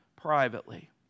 privately